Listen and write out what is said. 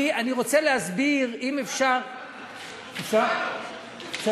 אני רוצה להסביר, אם אפשר, הבנו, הבנו, הבנו.